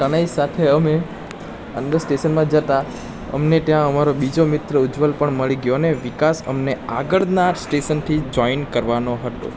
તનય સાથે અમે અંદર સ્ટેશનમાં જતા અમને ત્યાં અમારો બીજો મિત્ર ઉજ્જવલ પણ મળી ગયો અને વિકાસ અમને આગળના સ્ટેશનથી જોઈન્ટ કરવાનો હતો